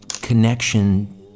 connection